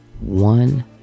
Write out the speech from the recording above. one